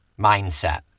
mindset